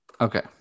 Okay